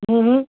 હમ્મ હં